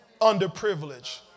underprivileged